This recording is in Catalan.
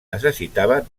necessitaven